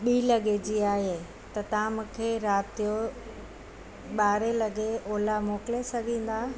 ॿी लॻे जी आहे त तव्हां मूंखे राति जो ॿारहें लॻे ओला मोकिले सघंदा